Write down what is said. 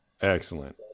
Excellent